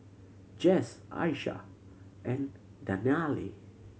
Jess Aisha and Dannielle